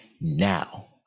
now